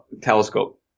telescope